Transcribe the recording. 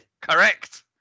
Correct